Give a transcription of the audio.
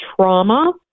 trauma